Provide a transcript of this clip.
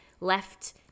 left